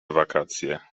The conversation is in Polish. wakacje